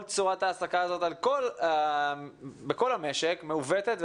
כל צורת ההעסקה הזאת בכל המשק מעוותת,